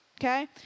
okay